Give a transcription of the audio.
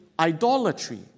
Idolatry